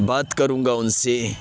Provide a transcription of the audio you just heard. بات کروں گا ان سے